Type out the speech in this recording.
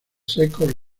secos